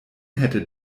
hätte